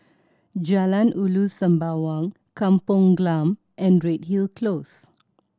Jalan Ulu Sembawang Kampong Glam and Redhill Close